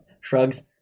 shrugs